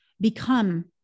become